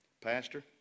Pastor